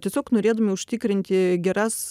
tiesiog norėdami užtikrinti geras